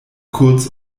kurz